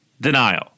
denial